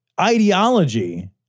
ideology